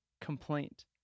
complaint